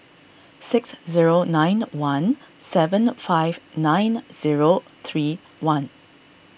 six zero nine one seven five nine zero three one